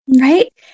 Right